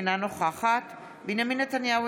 אינה נוכחת בנימין נתניהו,